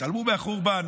התעלמו מהחורבן.